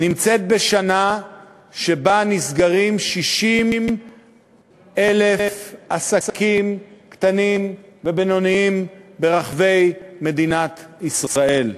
נמצאת בשנה שבה נסגרים 60,000 עסקים קטנים ובינוניים ברחבי מדינת ישראל.